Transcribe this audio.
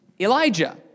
Elijah